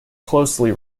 closely